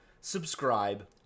subscribe